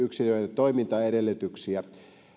toimintaedellytyksiä